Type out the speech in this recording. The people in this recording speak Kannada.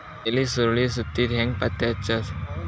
ಎಲಿ ಸುರಳಿ ಸುತ್ತಿದ್ ಹೆಂಗ್ ಪತ್ತೆ ಹಚ್ಚದ?